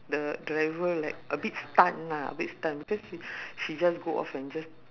the driver like a bit stunned lah a bit stunned because she just go off and just